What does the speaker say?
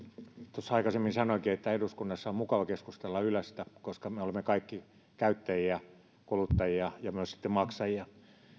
tuossa aikaisemmin sanoinkin että eduskunnassa on mukava keskustella ylestä koska me olemme kaikki käyttäjiä kuluttajia ja myös maksajia